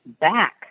back